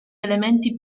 elementi